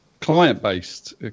client-based